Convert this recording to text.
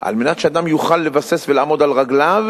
על מנת שאדם יוכל להתבסס ולעמוד על רגליו,